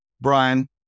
Brian